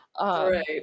Right